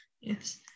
Yes